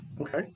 Okay